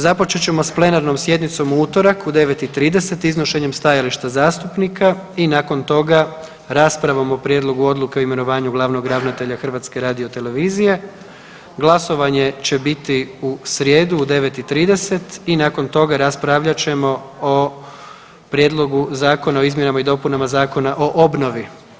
Započeti ćemo s plenarnom sjednicom u utorak u 9 i 30 iznošenjem stajališta zastupnika i nakon toga raspravom o prijedlogu odluke o imenovanju glavnog ravnatelja HRT-a glasovanje će biti u srijedu u 9 i 30 i nakon toga raspravljat ćemo o Prijedlogu Zakona o izmjenama i dopunama Zakon o obnovi.